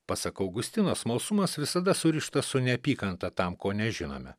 pasak augustino smalsumas visada surištas su neapykanta tam ko nežinome